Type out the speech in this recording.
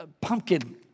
pumpkin